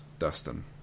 Dustin